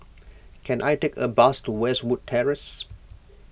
can I take a bus to Westwood Terrace